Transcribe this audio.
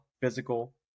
physical